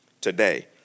Today